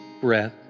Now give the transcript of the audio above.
breath